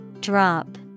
Drop